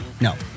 No